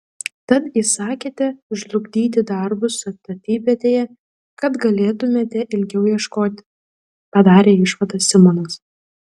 tad įsakėte žlugdyti darbus statybvietėje kad galėtumėte ilgiau ieškoti padarė išvadą simonas